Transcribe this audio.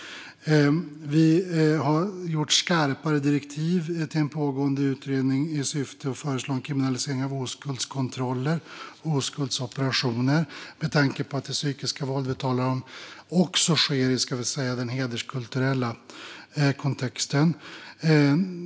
Vi har skärpt direktiven till en pågående utredning i syfte att föreslå en kriminalisering av oskuldskontroller och oskuldsoperationer, med tanke på att det psykiska våldet som vi talar om också sker i den hederskulturella kontexten.